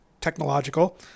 technological